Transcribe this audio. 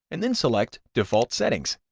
and then select default settings.